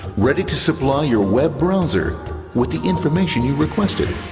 ready to supply your web browser with the information you requested,